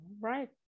right